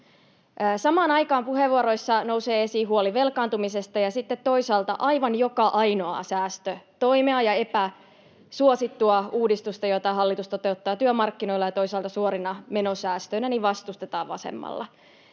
Samaan aikaan puheenvuoroissa nousee esiin huoli velkaantumisesta ja sitten toisaalta aivan joka ainoaa säästötoimea ja epäsuosittua uudistusta, joita hallitus toteuttaa työmarkkinoilla ja toisaalta suorina menosäästöinä, vastustetaan vasemmalla.